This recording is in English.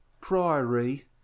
Priory